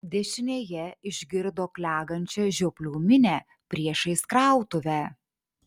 dešinėje išgirdo klegančią žioplių minią priešais krautuvę